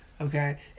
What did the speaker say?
okay